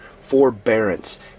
forbearance